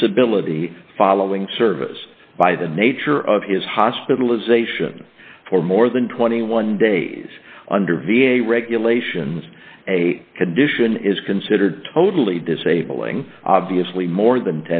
disability following service by the nature of his hospitalization for more than twenty one days under v a regulations a condition is considered totally disabling obviously more than